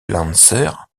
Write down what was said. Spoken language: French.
lancer